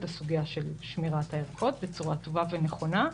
הסוגיה של שמירת הערכות בצורה טובה ונכונה.